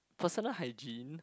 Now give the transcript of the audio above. personal hygiene